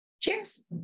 Cheers